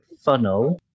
funnel